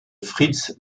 fritz